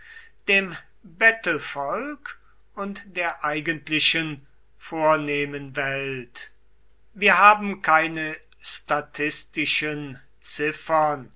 dem bettelvolk und der eigentlichen vornehmen welt wir haben keine statistischen ziffern